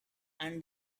and